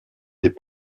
des